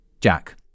jack